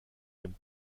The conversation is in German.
dem